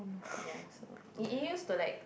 ya so it it used to like